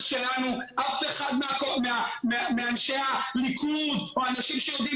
אף אחד מאנשי הליכוד או האנשים שיודעים